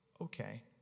Okay